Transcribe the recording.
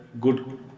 good